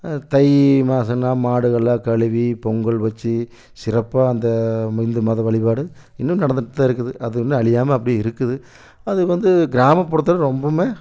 தை மாசன்னா மாடுகள் எல்லாம் கழுவி பொங்கல் வச்சி சிறப்பாக அந்த ம இந்து மத வழிபாடு இன்னும் நடந்துட்டு தான் இருக்குது அது இன்னும் அழியாம அப்படியே இருக்குது அது வந்து கிராமப்புறத்தில் ரொம்பவுமே